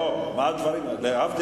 אדוני השר, אדוני